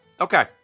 Okay